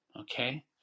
okay